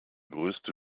größte